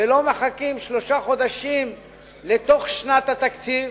ולא מחכים שלושה חודשים לתוך שנת התקציב,